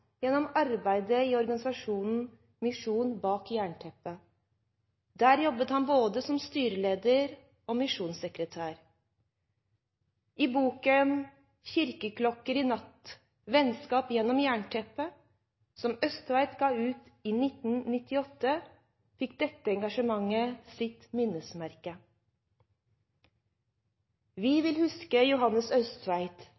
gjennom arbeidet i organisasjonen Misjon bak Jernteppet. Der jobbet han både som styreleder og som misjonssekretær. I boken «Kirkeklokker i natten – vennskap gjennom Jernteppet», som Østtveit ga ut i 1998, fikk dette engasjementet sitt minnesmerke. Vi